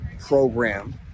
program